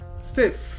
Safe